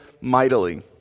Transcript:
mightily